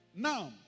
Now